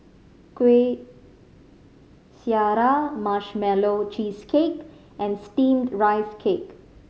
Kuih Syara Marshmallow Cheesecake and Steamed Rice Cake